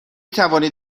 توانید